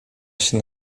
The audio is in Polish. się